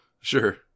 Sure